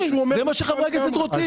זה מה שחברי הכנסת רוצים.